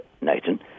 Nathan